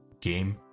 game